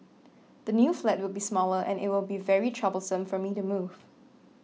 the new flat will be smaller and it will be very troublesome for me to move